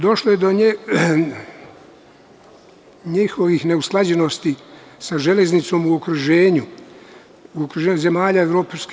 Došlo je do njihovih neusklađenosti sa železnicom u okruženju zemalja EU.